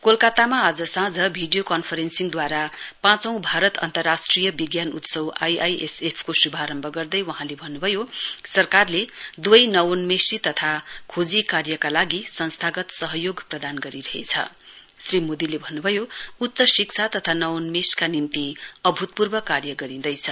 कोलकत्तामा आज साँझ भिडियो कन्फरेन्सिङद्वारा पाचौं भारत अन्तराष्ट्रिय विज्ञान उत्सव आईआईएसएफ को शुभारम्भ गर्दै वहाँले भन्नु भयो सरकारले दुवै खोजी तथा नवान्वेषका लागि संस्थागत सहयोग प्रदान गरिरहेछ श्री मोदीले भन्न भयो उच्च शिक्षा तथा नवान्मेषका निम्ति अभूतपूर्व कार्य गरिंदैछ